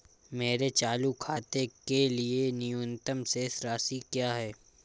मेरे चालू खाते के लिए न्यूनतम शेष राशि क्या है?